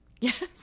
Yes